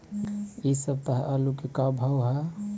इ सप्ताह आलू के का भाव है?